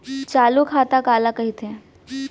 चालू खाता काला कहिथे?